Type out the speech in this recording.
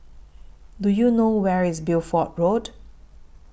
Do YOU know Where IS Bideford Road